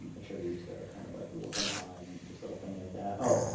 attribute to kind of, like, work on the eye and just little things like that. oh,